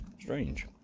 strange